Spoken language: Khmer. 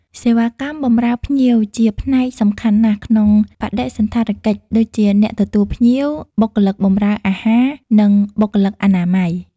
សេវាកម្មបម្រើភ្ញៀវជាផ្នែកសំខាន់ណាស់ក្នុងបដិសណ្ឋារកិច្ច ដូចជា អ្នកទទួលភ្ញៀវ បុគ្គលិកបម្រើអាហារ និងបុគ្គលិកអនាម័យ។